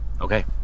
Okay